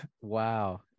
Wow